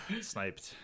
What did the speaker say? Sniped